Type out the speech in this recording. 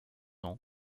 ans